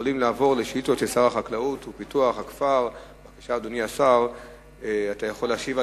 באב התשס"ט (5 באוגוסט 2009): פורסם כי נער שקיבל